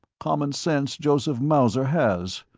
common sense joseph mauser has.